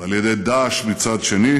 ועל ידי דאעש מצד שני,